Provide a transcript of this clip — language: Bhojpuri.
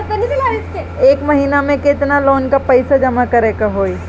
एक महिना मे केतना लोन क पईसा जमा करे क होइ?